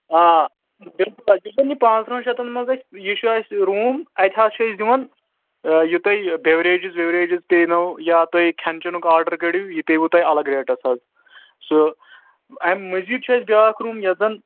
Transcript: آ بِلکُل حظ یُس زَن یہِ پانٛژترٕٛہَن شیٚتَن منٛز اَسہِ یہِ چھُ اَسہِ روٗم اَتہِ حظ چھِ أسۍ دِوان یہِ تۄہہِ بیٚوریجِز ویوریجِز پٮ۪نو یا تُہۍ کھٮ۪ن چٮ۪نُک آرڈر کٔرو یہِ پیٚوٕ تۄہہِ الگ ریٹَس حظ سُہ اَمہِ مٔزیٖد چھُ اَسہِ بیٛاکھ روٗم یَتھ زَن